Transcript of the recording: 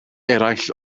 eraill